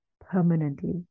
permanently